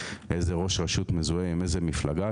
איזה ראש רשות מזוהה עם איזה מפלגה,